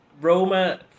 Roma